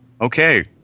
Okay